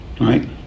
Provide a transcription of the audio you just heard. Right